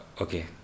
Okay